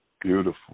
Beautiful